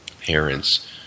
parents